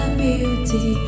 beauty